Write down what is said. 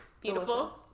Beautiful